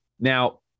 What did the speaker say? Now